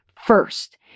First